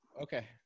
Okay